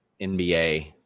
NBA